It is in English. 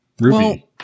Ruby